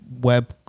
web